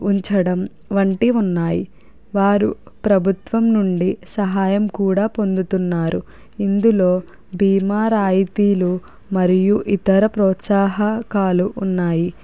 ఉంచడం వంటివి ఉన్నాయి వారు ప్రభుత్వం నుండి సహాయం కూడా పొందుతున్నారు ఇందులో బీమా రాయితీలు మరియు ఇతర ప్రోత్సాహకాలు ఉన్నాయి